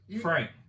Frank